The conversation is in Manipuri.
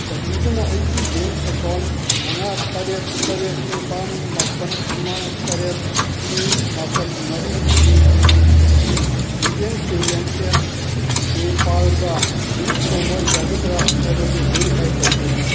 ꯆꯥꯟꯕꯤꯗꯨꯅ ꯑꯩꯒꯤ ꯕꯦꯡ ꯑꯦꯀꯥꯎꯟ ꯃꯉꯥ ꯇꯔꯦꯠ ꯇꯔꯦꯠ ꯅꯤꯄꯥꯜ ꯃꯥꯄꯜ ꯑꯃ ꯇꯔꯦꯠ ꯑꯅꯤ ꯃꯥꯄꯜ ꯃꯔꯤ ꯑꯅꯤ ꯑꯁꯤ ꯗꯤꯖꯤꯇꯦꯜ ꯄꯦꯃꯦꯟ ꯑꯦꯞ ꯄꯦꯄꯥꯜꯒ ꯂꯤꯡ ꯇꯧꯕ ꯌꯥꯒꯗ꯭ꯔꯥ ꯍꯥꯏꯕꯗꯨ ꯚꯦꯔꯤꯐꯥꯏ ꯇꯧꯕꯤꯌꯨ